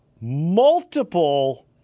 multiple